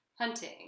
hunting